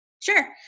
Sure